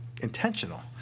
intentional